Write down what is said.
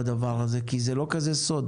זה לא כזה סוד.